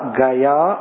gaya